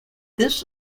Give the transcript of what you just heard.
this